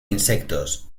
insectos